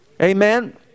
Amen